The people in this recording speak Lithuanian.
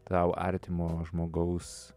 tau artimo žmogaus